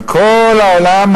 על כל העולם,